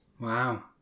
wow